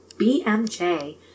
BMJ